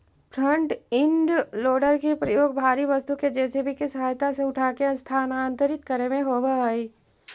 front end loader के प्रयोग भारी वस्तु के जे.सी.बी के सहायता से उठाके स्थानांतरित करे में होवऽ हई